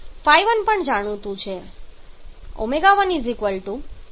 ϕ1 પણ જાણીતું છે